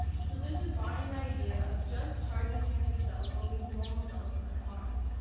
so this was borrowing the idea of just targeting cancer cells while leaving normal cells unharmed.